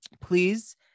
Please